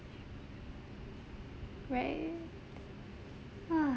right !huh!